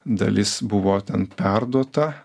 dalis buvo ten perduota